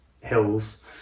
hills